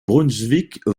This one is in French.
brunswick